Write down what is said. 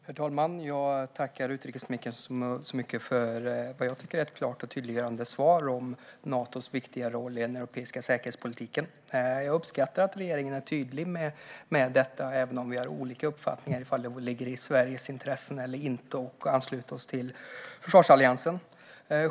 Herr talman! Jag tackar utrikesministern för vad jag tycker är ett klart och tydliggörande svar om Natos viktiga roll i den europeiska säkerhetspolitiken. Jag uppskattar att regeringen är tydlig med detta även om vi har olika uppfattning om huruvida det ligger i Sveriges intresse eller inte att ansluta sig till försvarsalliansen.